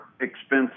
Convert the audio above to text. expensive